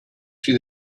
see